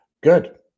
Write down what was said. Good